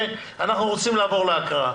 אנחנו רוצים לעבור להקראה.